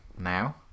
now